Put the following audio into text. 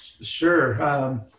Sure